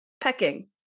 pecking